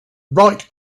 right